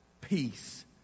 peace